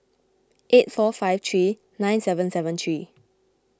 eight four five three nine seven seven three